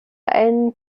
einen